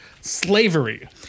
slavery